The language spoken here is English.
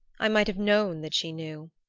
i might have known that she knew.